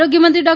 આરોગ્ય મંત્રી ડૉ